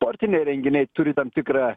sportiniai renginiai turi tam tikrą